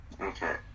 Okay